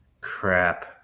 Crap